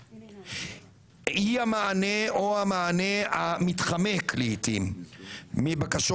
אי המענה או המענה המתחמק לעתים מבקשות